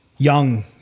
Young